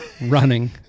running